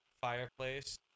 fireplace